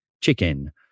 chicken